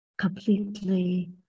completely